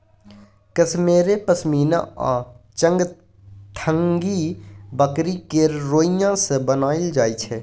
कश्मेरे पश्मिना आ चंगथंगी बकरी केर रोइयाँ सँ बनाएल जाइ छै